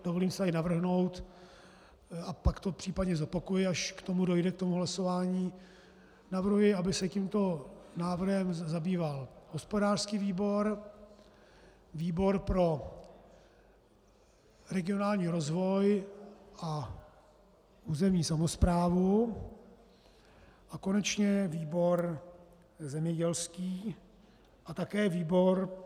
Dovolím si tady navrhnout, a pak to případně zopakuji, až dojde k tomu hlasování, navrhuji, aby se tímto návrhem zabýval hospodářský výbor, výbor pro regionální rozvoj a územní samosprávu a konečně výbor zemědělský a také výbor...